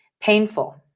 painful